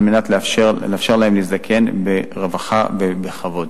על מנת לאפשר להם להזדקן ברווחה ובכבוד.